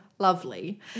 lovely